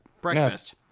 breakfast